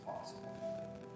possible